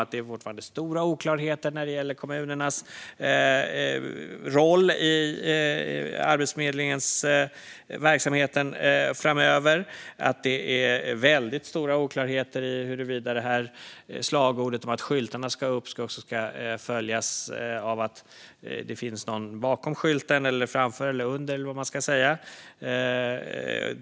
Det är fortfarande stora oklarheter när det gäller kommunernas roll i Arbetsförmedlingens verksamhet framöver. Det är väldigt stora oklarheter huruvida slagordet om att skyltarna ska upp också ska följas av att det finns någon bakom, framför eller under skylten, eller vad man ska säga.